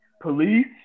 Police